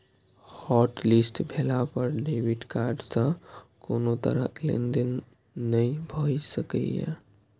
hotlist भेला पर debit card सं कोनो तरहक लेनदेन नहि भए सकैए